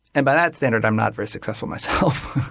and by that standard i'm not very successful myself.